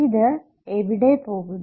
ഇത് എവിടെ പോകുന്നു